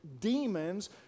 demons